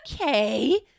okay